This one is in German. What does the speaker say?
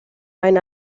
einen